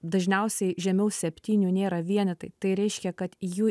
dažniausiai žemiau septynių nėra vienetai tai reiškia kad jų